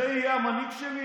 זה יהיה המנהיג שלי?